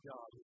God